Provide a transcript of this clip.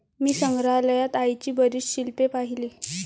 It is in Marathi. मी संग्रहालयात आईची बरीच शिल्पे पाहिली